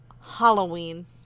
Halloween